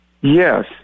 Yes